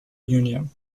union